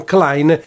Klein